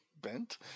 Bent